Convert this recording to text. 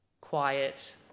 quiet